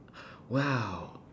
!wow!